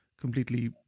completely